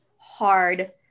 hard